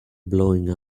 blowing